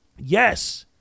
Yes